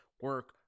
Work